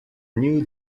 new